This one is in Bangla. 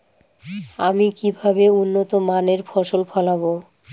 আমি কিভাবে উন্নত মানের ফসল ফলাবো?